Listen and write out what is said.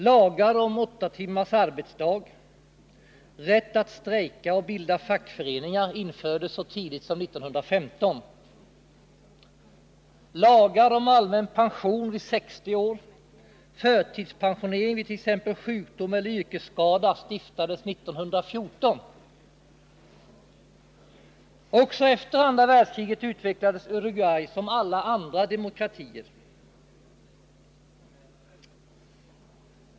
Lagar om åtta timmars arbetsdag och om rätt att strejka och att bilda fackföreningar infördes så tidigt som 1915. Lagar om allmän pension vid 60 år och förtidspensionering vidt.ex. sjukdom eller yrkesskada stiftades 1914. Också efter andra världskriget utvecklades Uruguay som alla andra demokratier.